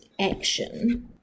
action